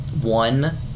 one